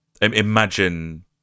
Imagine